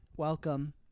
Welcome